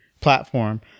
platform